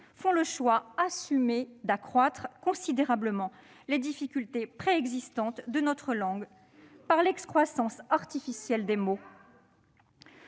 font le choix assumé d'accroître considérablement les difficultés préexistantes de notre langue par l'excroissance artificielle des mots.